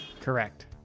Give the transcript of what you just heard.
correct